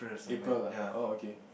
April lah oh okay